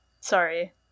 sorry